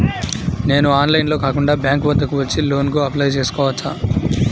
నేను ఆన్లైన్లో కాకుండా బ్యాంక్ వద్దకు వచ్చి లోన్ కు అప్లై చేసుకోవచ్చా?